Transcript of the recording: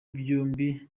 byombi